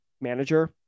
manager